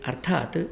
अर्थात्